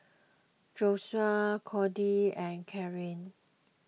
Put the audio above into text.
Joshua Codie and Carie